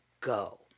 go